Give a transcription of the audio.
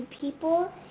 people